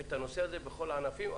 את הנושא בכל הכיוונים.